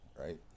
right